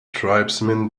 tribesmen